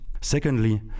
Secondly